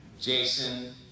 Jason